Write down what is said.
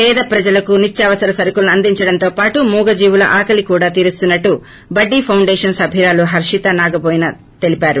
పేద ప్రజలకు నిత్యావసర సరకులను అందించడంతో పాటు మూగ జీవుల ఆకలి కూడా తీరుస్తున్నట్లు బడ్డీ ఫౌండేషన్ సభ్యురాలు హరిత నాగనబోయిన తెలిపారు